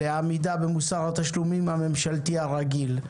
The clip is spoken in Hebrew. לעמידה במוסר התשלומים הממשלתי הרגיל.